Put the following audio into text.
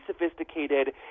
sophisticated